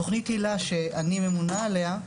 תכנית הילה, שאני ממונה עליה,